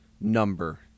number